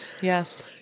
yes